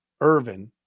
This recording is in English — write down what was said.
Irvin